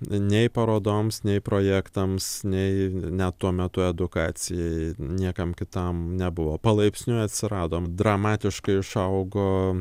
nei parodoms nei projektams nei net tuo metu edukacijai niekam kitam nebuvo palaipsniui atsirado dramatiškai išaugo